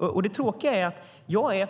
Jag tror